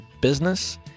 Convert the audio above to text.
business